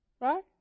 Right